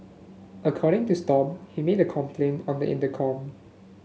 according to Stomp he made a complaint on the intercom